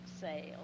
sale